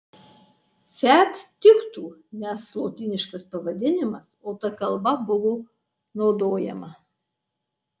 fiat tiktų nes lotyniškas pavadinimas o ta kalba buvo naudojama